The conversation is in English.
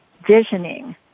visioning